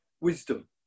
wisdom